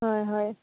হয় হয়